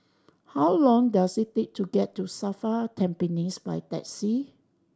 how long does it take to get to SAFRA Tampines by taxi